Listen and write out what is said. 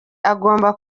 agomba